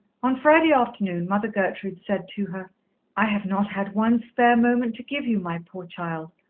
on friday afternoon mother gertrude said to her i have not had one spare moment to give you, my poor child.